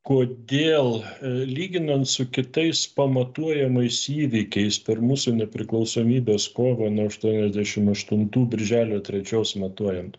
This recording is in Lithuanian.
kodėl lyginant su kitais pamatuojamais įvykiais per mūsų nepriklausomybės kovą nuo aštuoniasdešim aštuntų birželio trečios matuojant